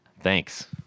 Thanks